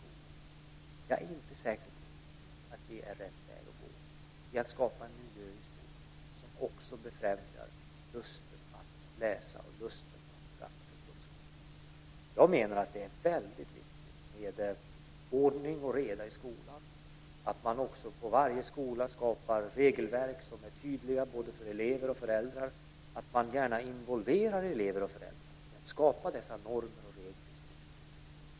Jag är inte säker på att det är rätt väg att gå för att skapa en miljö i skolan som befrämjar lusten att läsa och lusten att skaffa sig kunskaper. Jag menar att det är väldigt viktigt med ordning och reda i skolan, att man på varje skola skapar regelverk som är tydliga både för elever och för föräldrar och att man gärna involverar elever och föräldrar i att skapa dessa normer och regler i skolan.